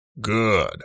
Good